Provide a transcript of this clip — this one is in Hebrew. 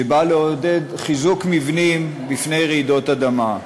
שבא לעודד חיזוק מבנים בפני רעידות אדמה,